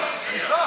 סליחה,